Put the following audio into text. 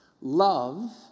love